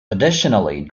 additionally